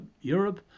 Europe